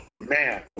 Man